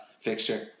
fixture